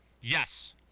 Yes